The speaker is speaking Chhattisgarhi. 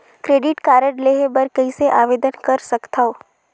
क्रेडिट कारड लेहे बर कइसे आवेदन कर सकथव?